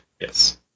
Yes